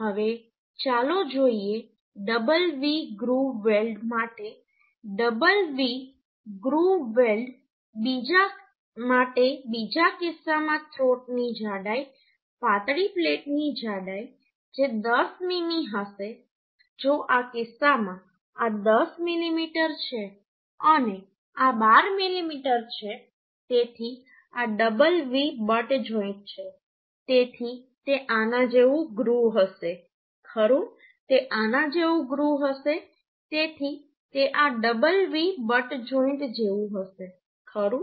હવે ચાલો જોઈએ ડબલ V ગ્રુવ વેલ્ડ માટે ડબલ V ગ્રુવ વેલ્ડ માટે બીજા કિસ્સામાં થ્રોટની જાડાઈ પાતળી પ્લેટની જાડાઈ જે 10 મીમી હશે જો આ કિસ્સામાં આ 10 મીમી છે અને આ 12 મીમી છે તેથી આ ડબલ V બટ જોઈન્ટ છે તેથી તે આના જેવું ગ્રુવ હશે ખરું તે આના જેવું ગ્રુવ હશે તેથી તે આ ડબલ V બટ જોઈન્ટ જેવું હશે ખરું